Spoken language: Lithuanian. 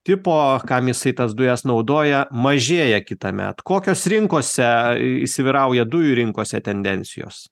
tipo kam jisai tas dujas naudoja mažėja kitąmet kokios rinkose įsivyrauja dujų rinkose tendencijos